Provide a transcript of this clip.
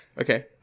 Okay